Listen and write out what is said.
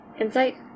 Insight